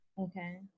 Okay